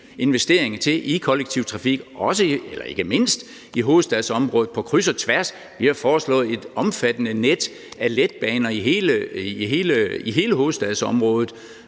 investering til i kollektiv trafik ikke mindst i hovedstadsområdet på kryds og tværs. Vi har foreslået et omfattende net af letbaner i hele hovedstadsområdet